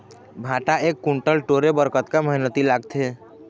भांटा एक कुन्टल टोरे बर कतका मेहनती लागथे?